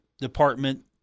department